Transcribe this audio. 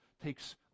takes